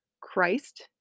Christ